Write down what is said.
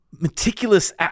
meticulous